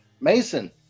Mason